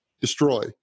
destroy